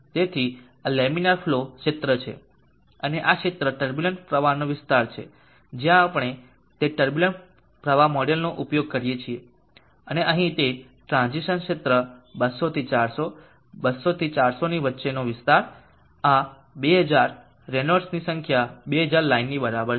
તેથી આ laminar flow ક્ષેત્ર છે અને આ ક્ષેત્ર ટર્બુલન્ટ પ્રવાહનો વિસ્તાર છે જ્યાં આપણે તે ટર્બુલન્ટ પ્રવાહ મોડેલનો ઉપયોગ કરીએ છીએ અને અહીં તે ટ્રાન્ઝીસન ક્ષેત્ર 200 થી 400 200 થી 400 ની વચ્ચેનો વિસ્તાર આ 2000 રેનોલ્ડ્સ સંખ્યા 2000 લાઇનની બરાબર છે